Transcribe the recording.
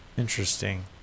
Interesting